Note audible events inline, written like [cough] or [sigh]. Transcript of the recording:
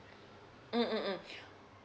mm mmhmm [noise]